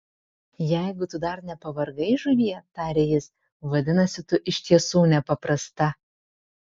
jeigu tu dar nepavargai žuvie tarė jis vadinasi tu iš tiesų nepaprasta